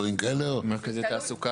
ומרכזי תעסוקה.